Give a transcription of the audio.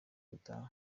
gutaha